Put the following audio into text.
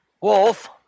Wolf